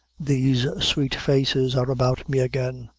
these sweet faces are about me again.